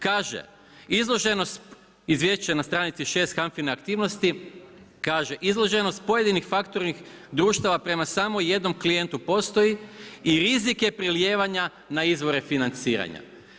Kaže izloženost, izvješće na stranici 6 HANF-ine aktivnosti, kaže izloženosti pojedinih fakturnih društava prema samo jednom klijentu postoji i rizik je prelijevanja na izvore financiranja.